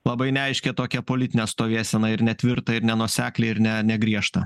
labai neaiškią tokią politinę stovėseną ir netvirtą ir nenuoseklią ir ne negriežta